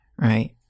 right